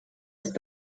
ist